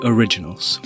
Originals